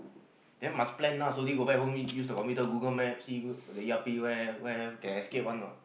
then must plan ah slowly go back home need use the computer Google maps see the E_R_P where where can escape one what